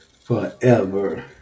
forever